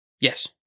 Yes